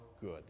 good